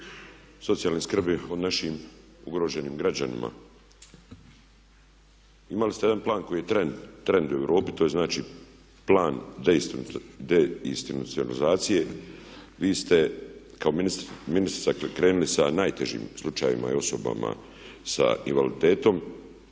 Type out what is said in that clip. socijalne skrbi, o našim ugroženim građanima. Imali ste jedan plan koji je trend u Europi, to je znači plan deinstitucionalizacije. Vi ste kao ministrica krenuli sa najtežim slučajevima i osobama sa invaliditetom.